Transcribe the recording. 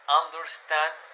understand